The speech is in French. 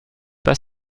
pas